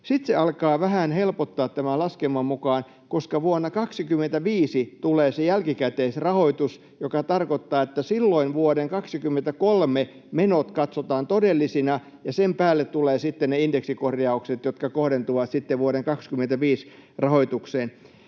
Sitten se alkaa vähän helpottaa tämän laskelman mukaan, koska vuonna 25 tulee jälkikäteisrahoitus, joka tarkoittaa sitä, että silloin vuoden 23 menot katsotaan todellisina ja sen päälle tulevat sitten ne indeksikorjaukset, jotka kohdentuvat sitten vuoden 25 rahoitukseen.